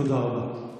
תודה רבה.